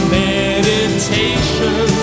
meditation